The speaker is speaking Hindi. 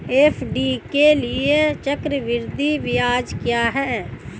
एफ.डी के लिए चक्रवृद्धि ब्याज क्या है?